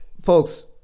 Folks